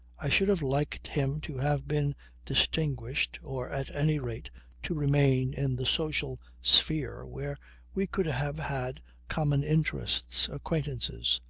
i should have liked him to have been distinguished or at any rate to remain in the social sphere where we could have had common interests, acquaintances,